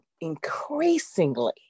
increasingly